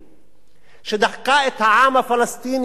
שדחקה את העם הפלסטיני מאדמתו,